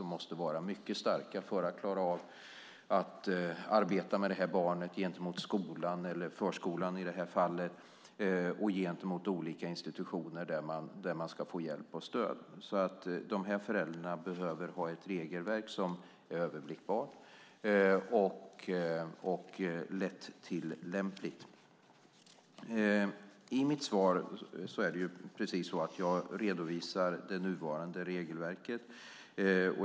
De måste vara mycket starka för att arbeta med det här barnet gentemot skolan, förskolan i det här fallet, och gentemot olika institutioner där man ska få hjälp och stöd. De här föräldrarna behöver ha ett regelverk som är överblickbart och lättillämpligt. I mitt svar redovisar jag det nuvarande regelverket.